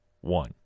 one